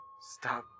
stop